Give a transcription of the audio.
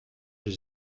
j’y